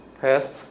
past